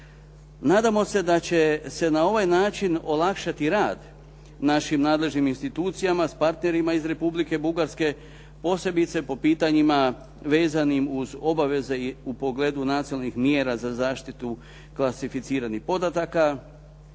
Nadamo se da će se na ovaj način olakšati rad našim nadležnim institucijama s partnerima iz Republike Bugarske posebice po pitanjima vezanim uz obaveze u pogledu nacionalnih mjera za zaštitu klasificiranih podataka,